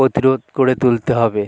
প্রতিরোধ করে তুলতে হবে